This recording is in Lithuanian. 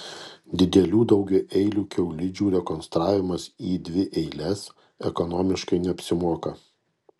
didelių daugiaeilių kiaulidžių rekonstravimas į dvieiles ekonomiškai neapsimoka